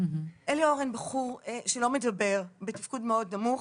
אלי אורן בחור שלא מדבר, בתפקוד מאוד נמוך.